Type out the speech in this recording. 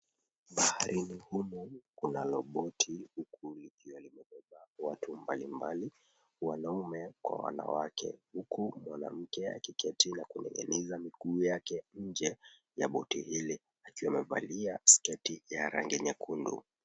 Baharini humu kunalo boti huku likiwa limebeba watu mbali huku wanaume kwa wanawake huku mwanamke akiketi na kuninginiza miguu yake nje ya boti hili akiwa amevalia sketi ya rangi nyekundu.